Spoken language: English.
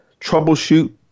troubleshoot